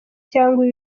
cyangwa